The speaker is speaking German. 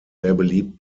beliebt